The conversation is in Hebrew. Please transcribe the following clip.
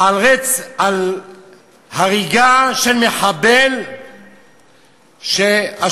על הריגה של מחבל שהשוטרים,